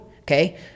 okay